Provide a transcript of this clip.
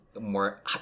more